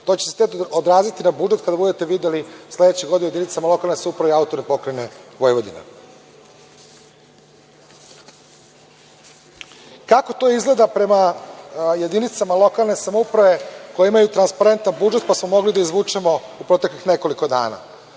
to će se odraziti na budžet kada budete videli sledeće godine u jedinicama lokalne samouprave AP Vojvodina. Kako to izgleda prema jedinicama lokalne samouprave koje imaju transparentan budžet, pa smo mogli da izvučemo u proteklih nekoliko dana.